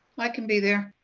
i can be there.